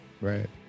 Right